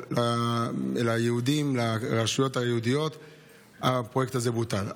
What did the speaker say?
אבל לרשויות היהודיות הפרויקט הזה בוטל.